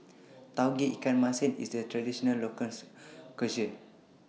Tauge Ikan Masin IS A Traditional Local Cuisine